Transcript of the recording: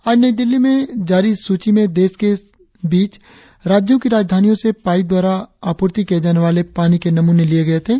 आज नई दिल्ली में जारी इस सूची में देश के बीच राज्यों की राजधानियों से पाइप द्वारा आपूर्ति किये जाने वाली पानी के नमूने लिये गये थे